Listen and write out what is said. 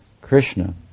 Krishna